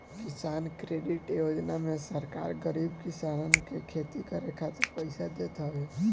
किसान क्रेडिट योजना में सरकार गरीब किसानन के खेती करे खातिर पईसा देत हवे